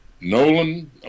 Nolan